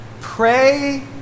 pray